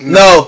no